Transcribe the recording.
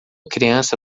criança